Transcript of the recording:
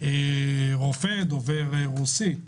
רופא דובר רוסית.